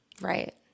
right